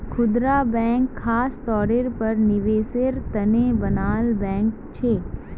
खुदरा बैंक ख़ास तौरेर पर निवेसेर तने बनाल बैंक छे